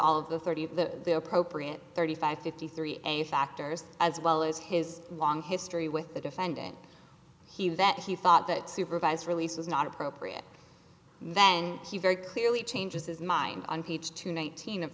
all of the thirty the appropriate thirty five fifty three and factors as well as his long history with the defendant he that he thought that supervised release was not appropriate and then he very clearly changes his mind on ph to nineteen of